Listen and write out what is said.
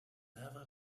never